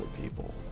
people